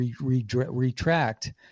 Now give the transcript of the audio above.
retract